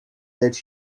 let